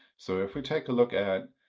so if we take a look at